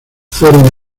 fueron